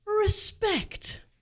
respect